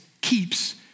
keeps